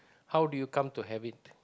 how did you come to have it